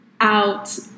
out